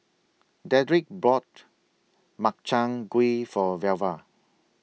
Dedrick bought Makchang Gui For Velva